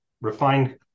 refined